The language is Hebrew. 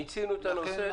מיצינו את הנושא.